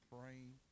praying